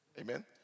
Amen